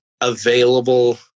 available